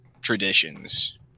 traditions